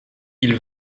ils